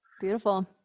Beautiful